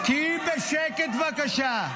איך אתה מדבר --- תהיי בשקט, בבקשה.